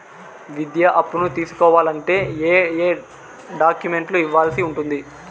విద్యా అప్పును తీసుకోవాలంటే ఏ ఏ డాక్యుమెంట్లు ఇవ్వాల్సి ఉంటుంది